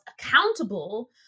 accountable